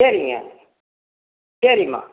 சரிங்க சரிம்மா